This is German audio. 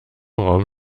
raum